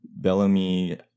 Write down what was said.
Bellamy